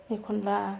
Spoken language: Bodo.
एखनब्ला